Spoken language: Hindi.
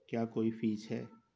क्या कोई फीस है?